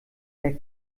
der